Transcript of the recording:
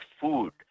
food